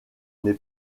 n’ai